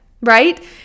right